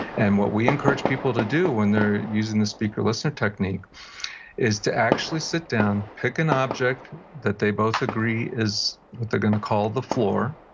and what we encourage people to do when they're using the speaker listener technique is to actually sit down, pick an object that they both agree is what they're going to call the floor.